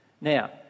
Now